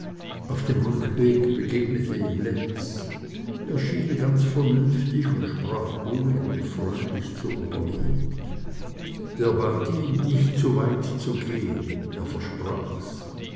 auf dem rückweg begegnete ihm lenz er schien ganz vernünftig und sprach ruhig und freundlich mit oberlin der bat ihn nicht zu weit zu gehen er versprach's